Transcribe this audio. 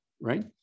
right